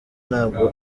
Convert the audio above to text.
ntabwo